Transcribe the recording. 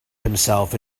himself